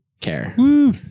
care